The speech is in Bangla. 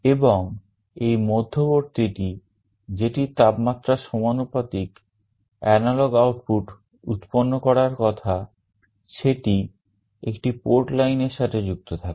এবং এই মধ্যবর্তী টি যেটির তাপমাত্রার সমানুপাতিক analog output উৎপন্ন করার কথা সেটি একটি port লাইনের সাথে যুক্ত থাকে